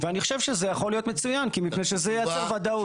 ואני חושב שזה יכול להיות מצוין כי זה מייצר וודאות.